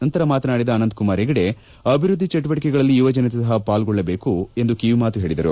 ನಂತರ ಮಾತನಾಡಿದ ಅನಂತಕುಮಾರ್ ಹೆಗಡೆ ಅಭಿವೃದ್ದಿ ಚಟುವಟಿಕೆಗಳಲ್ಲಿ ಯುವಜನತೆ ಸಹ ಪಾಲ್ಗೊಳ್ಳಬೇಕು ಎಂದು ಹೇಳಿದರು